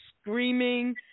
screaming